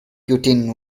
curtin